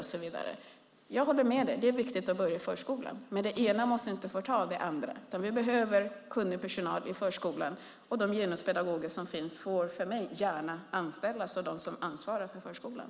Jag håller med Amineh Kakabaveh om att det är viktigt att börja i förskolan. Men det ena måste inte förta det andra. Vi behöver kunnig personal i förskolan, och de genuspedagoger som finns får gärna anställas av dem som ansvarar för förskolan.